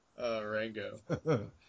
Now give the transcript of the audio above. Rango